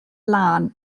lân